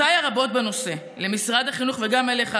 פניותיי הרבות בנושא למשרד החינוך וגם אליך,